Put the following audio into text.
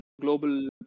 Global